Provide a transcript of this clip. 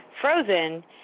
frozen